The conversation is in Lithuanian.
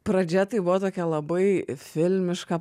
pradžia tai buvo tokia labai flimiška